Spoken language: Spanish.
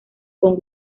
con